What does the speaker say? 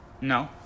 No